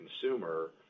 consumer